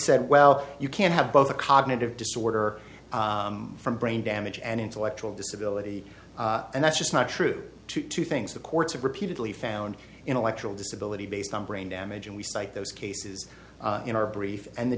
said well you can't have both a cognitive disorder from brain damage and intellectual disability and that's just not true to two things the courts have repeatedly found intellectual disability based on brain damage and we cite those cases in our brief and the